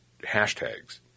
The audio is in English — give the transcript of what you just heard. hashtags